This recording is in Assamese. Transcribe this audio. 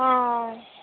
অঁ